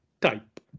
type